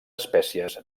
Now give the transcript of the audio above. espècies